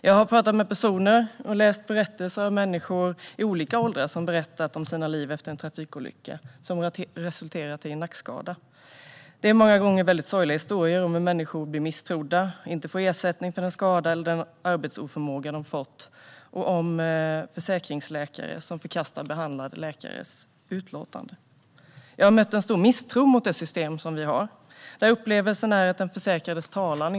Jag har pratat med personer och läst om människor i olika åldrar som berättat om sina liv efter en trafikolycka som har resulterat i en nackskada. Det är många gånger väldigt sorgliga historier om hur människor blir misstrodda och inte får ersättning för den skada eller arbetsoförmåga de råkat ut för och om försäkringsläkare som förkastar behandlande läkares utlåtanden. Jag har mött en stor misstro mot det system vi har, där upplevelsen är att ingen för den försäkrades talan.